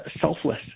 selfless